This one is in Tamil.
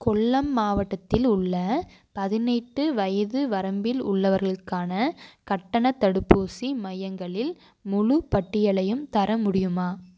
கொல்லம் மாவட்டத்தில் உள்ள பதினெட்டு வயது வரம்பில் உள்ளவர்களுக்கான கட்டண தடுப்பூசி மையங்களில் முழுப்பட்டியலையும் தர முடியுமா